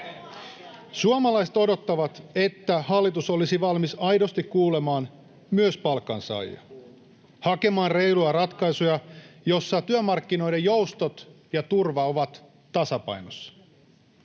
Suomalaiset odottavat, että hallitus olisi valmis aidosti kuulemaan myös palkansaajia, hakemaan reilua ratkaisua, jossa työmarkkinoiden joustot ja turva ovat tasapainossa.